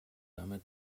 damit